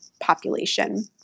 population